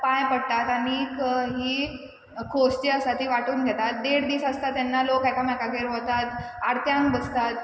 पांय पडटात आनीक ही एक खोस जी आसा ती वांटून घेतात देड दीस आसता तेन्ना लोक एकामेकागेर वतात आरत्यांक बसतात